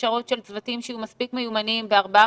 הכשרות של צוותים שיהיו מספיק מיומנים בארבעה,